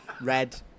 Red